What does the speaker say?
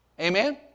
Amen